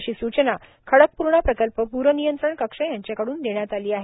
अशी स्चना खडकपूर्णा प्रकल्प पूर नियंत्रण कक्ष यांच्याकडून देण्यात आली आहे